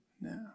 No